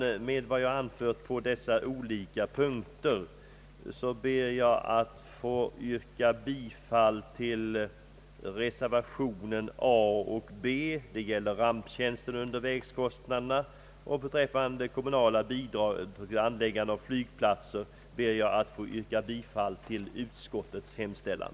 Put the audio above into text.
Med vad jag anfört på dessa olika punkter ber jag att få yrka bifall till reservationerna a och b 1, som gäller ramptjänsten och undervägskostnaderna. Beträffande kommunala bidrag till anläggande av flygplatser ber jag att få yrka bifall till utskottets hemställan.